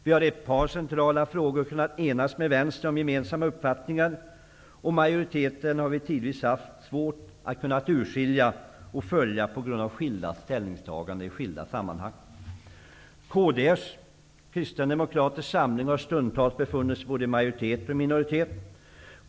Vi har i ett par centrala frågor kunnat enas med vänstern om gemensamma uppfattningar, och vi har tidvis haft svårt att kunna urskilja och följa majoriteten på grund av skilda ställningstaganden i skilda sammanhang. Kds har stundtals befunnit sig i majoriteten, stundtals i minoriteten.